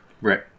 Right